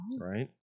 Right